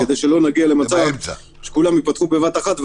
כדי שלא נגיע למצב שכולם ייפתחו בבת אחת,